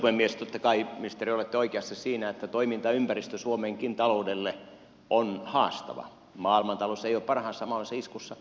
totta kai ministeri olette oikeassa siinä että toimintaympäristö suomenkin taloudelle on haastava maailmantalous ei ole parhaassa mahdollisessa iskussa